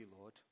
Lord